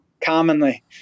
Commonly